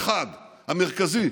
האחד, המרכזי,